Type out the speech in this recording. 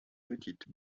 petites